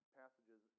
passages